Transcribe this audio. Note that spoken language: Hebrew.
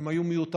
הן היו מיותרות.